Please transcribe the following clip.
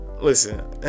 listen